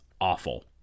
awful